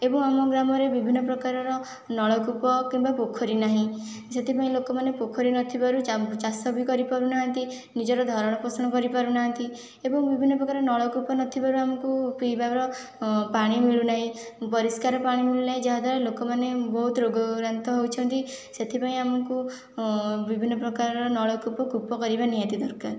ଏବଂ ଆମ ଗ୍ରାମରେ ବିଭିନ୍ନ ପ୍ରକାରର ନଳକୂପ କିମ୍ବା ପୋଖରୀ ନାହିଁ ସେଥିପାଇଁ ଲୋକମାନେ ପୋଖରୀ ନଥିବାରୁ ଚାଷ ବି କରିପାରୁନାହାନ୍ତି ନିଜର ଭରଣପୋଷଣ କରିପାରୁନାହାନ୍ତି ଏବଂ ବିଭିନ୍ନ ପ୍ରକାର ନଳକୂପ ନଥିବାରୁ ଆମକୁ ପିଇବାର ପାଣି ମିଳୁ ନାହିଁ ପରିଷ୍କାର ପାଣି ମିଳୁ ନାହିଁ ଯାହାଦ୍ୱାରା ଲୋକମାନେ ବହୁତ ରୋଗଗ୍ରାନ୍ତ ହେଉଛନ୍ତି ସେଥିପାଇଁ ଆମକୁ ବିଭିନ୍ନ ପ୍ରକାରର ନଳକୂପ କୂପ କରିବା ନିହାତି ଦରକାର